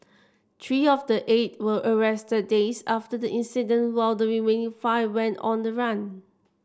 three of the eight were arrested days after the incident while the remaining five went on the run